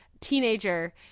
teenager